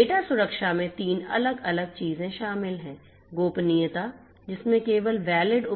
data सुरक्षा में तीन अलग अलग चीजें शामिल हैं गोपनीयता जिसमें केवल वैलिड